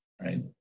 right